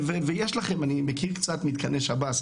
יש לכם אני מכיר קצת מתקני שב"ס,